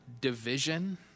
division